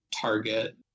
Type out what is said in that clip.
Target